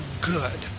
good